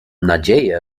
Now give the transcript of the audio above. nadzieję